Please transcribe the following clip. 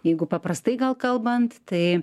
jeigu paprastai gal kalbant tai